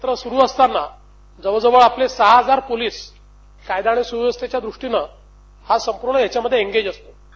सत्र सुरु असताना जवळ जवळ आपले सहा हजार पोलिस कायदा अणि सुव्यव्सथेच्या दृष्टीनं हा संपूर्ण ह्याच्यामध्ये एगेज असतो